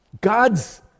God's